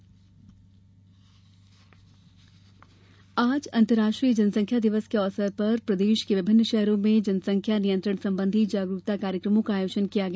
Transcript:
जनसंख्या दिवस आज अंतर्राष्ट्रीय जनसंख्या दिवस के अवसर पर आज प्रदेश के विभिन्न शहरों में जनसंख्या नियंत्रण संबंधी जागरूकता कार्यक्रमों का आयोजन किया गया